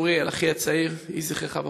צוריאל, אחי הצעיר, יהי זכרך ברוך.